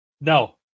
No